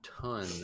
ton